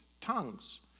tongues